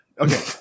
Okay